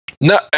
No